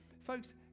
Folks